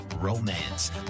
romance